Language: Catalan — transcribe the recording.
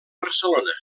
barcelona